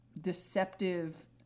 deceptive